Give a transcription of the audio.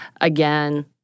again